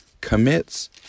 Commits